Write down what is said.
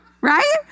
right